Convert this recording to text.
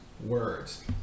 words